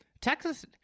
Texas